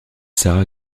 sarah